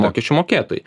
mokesčių mokėtojai